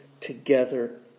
together